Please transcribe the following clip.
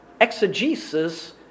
exegesis